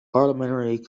parliamentary